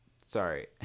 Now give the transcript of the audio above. sorry